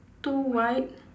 two white